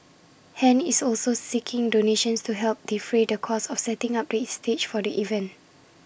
han is also seeking donations to help defray the cost of setting up the stage for the event